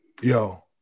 Yo